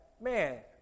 man